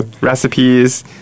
recipes